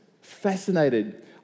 fascinated